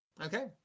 Okay